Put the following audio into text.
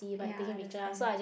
ya I understand